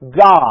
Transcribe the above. God